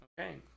Okay